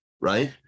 right